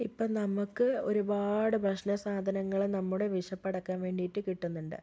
ഇപ്പോൾ നമുക്ക് ഒരുപാട് ഭക്ഷണസാധനങ്ങൾ നമ്മുടെ വിശപ്പടക്കാൻ വേണ്ടിയിട്ട് കിട്ടുന്നുണ്ട്